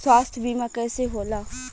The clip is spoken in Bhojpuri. स्वास्थ्य बीमा कईसे होला?